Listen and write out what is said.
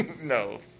no